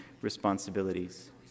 responsibilities